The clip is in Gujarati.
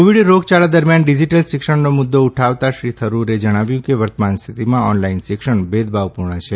કોવિડ રોગયાળા દરમિયાન ડિજિટલ શિક્ષણનો મુદ્દો ઉઠાવતાં શ્રી થરૂરે જણાવ્યું કે વર્તમાન સ્થિતિમાં ઓનલાઇન શિક્ષણ ભેદભાવપૂર્ણ છે